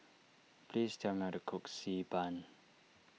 please tell me how to cook Xi Ban